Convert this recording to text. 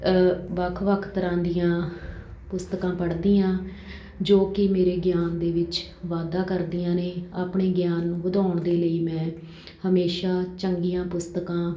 ਵੱਖ ਵੱਖ ਤਰ੍ਹਾਂ ਦੀਆਂ ਪੁਸਤਕਾਂ ਪੜ੍ਹਦੀ ਹਾਂ ਜੋ ਕਿ ਮੇਰੇ ਗਿਆਨ ਦੇ ਵਿੱਚ ਵਾਧਾ ਕਰਦੀਆਂ ਨੇ ਆਪਣੇ ਗਿਆਨ ਨੂੰ ਵਧਾਉਣ ਦੇ ਲਈ ਮੈਂ ਹਮੇਸ਼ਾ ਚੰਗੀਆਂ ਪੁਸਤਕਾਂ